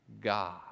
God